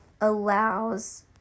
allows